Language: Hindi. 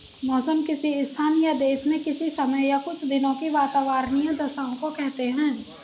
मौसम किसी स्थान या देश में किसी समय या कुछ दिनों की वातावार्नीय दशाओं को कहते हैं